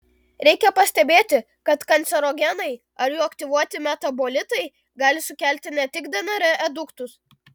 reikia pastebėti kad kancerogenai ar jų aktyvuoti metabolitai gali sukelti ne tik dnr aduktus